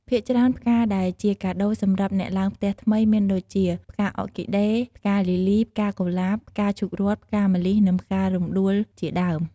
ភាគច្រើនផ្កាដែលជាកាដូសម្រាប់អ្នកឡើងផ្ទះថ្មី មានដូចជា ផ្កាអ័រគីដេ ផ្កាលីលី ផ្កាកុលាប ផ្កាឈូករ័ត្ន ផ្កាម្លិះ និងផ្ការំដួលជាដើម។